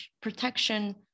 protection